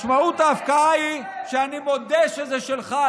משמעות ההפקעה היא שאני מודה שזה שלך,